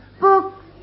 Books